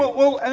but well, and